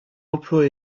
emplois